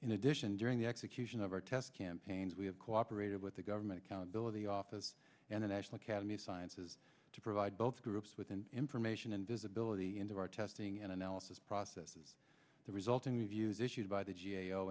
in addition during the execution of our test campaigns we have cooperated with the government accountability office and the national academy of sciences to provide both groups within information and visibility into our testing and analysis processes the resulting reviews issued by the g a o